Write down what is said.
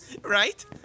Right